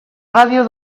ràdio